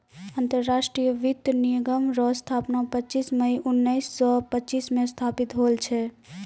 अंतरराष्ट्रीय वित्त निगम रो स्थापना पच्चीस मई उनैस सो पच्चीस मे स्थापित होल छै